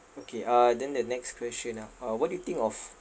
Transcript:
okay uh then the next question ah uh what do you think of